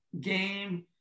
game